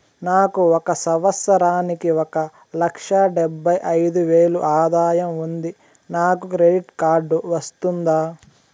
నాకు ఒక సంవత్సరానికి ఒక లక్ష డెబ్బై అయిదు వేలు ఆదాయం ఉంది నాకు క్రెడిట్ కార్డు వస్తుందా?